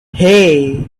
hey